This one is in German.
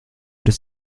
des